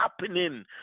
happening